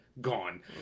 gone